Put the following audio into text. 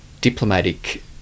diplomatic